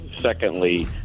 Secondly